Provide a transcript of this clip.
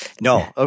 No